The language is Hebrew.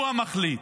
הוא המחליט.